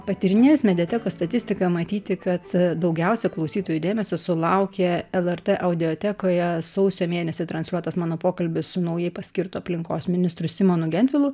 patyrinėjus mediatekos statistiką matyti kad daugiausia klausytojų dėmesio sulaukė lrt audiotekoje sausio mėnesį transliuotas mano pokalbis su naujai paskirtu aplinkos ministru simonu gentvilu